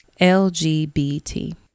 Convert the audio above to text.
LGBT